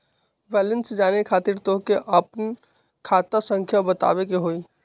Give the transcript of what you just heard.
Balance जाने खातिर तोह के आपन खाता संख्या बतावे के होइ?